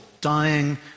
dying